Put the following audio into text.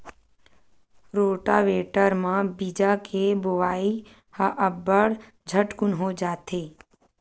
rotavator म बीजा के बोवई ह अब्बड़ झटकुन हो जाथे